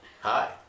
hi